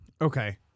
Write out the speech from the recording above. Okay